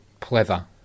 Pleather